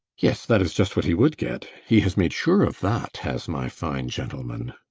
yes, that is just what he would get. he has made sure of that has my fine gentleman!